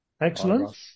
Excellent